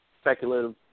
speculative